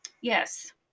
Yes